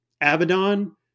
Abaddon